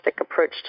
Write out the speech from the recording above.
approach